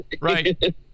right